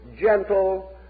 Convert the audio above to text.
gentle